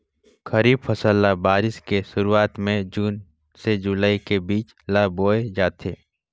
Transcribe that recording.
खरीफ फसल ल बारिश के शुरुआत में जून से जुलाई के बीच ल बोए जाथे